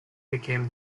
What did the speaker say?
became